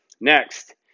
Next